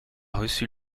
reçu